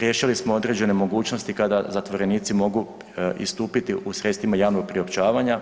Riješili smo određene mogućnosti kada zatvorenici mogu istupiti u sredstvima javnog priopćavanja.